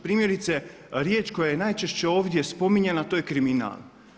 Primjerice riječ koja je najčešće ovdje spominjana a to je kriminal.